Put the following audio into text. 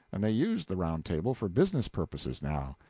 and they used the round table for business purposes now.